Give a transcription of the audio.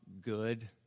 good